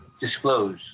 disclose